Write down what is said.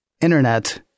Internet